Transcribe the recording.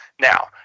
Now